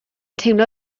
teimlo